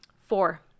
Four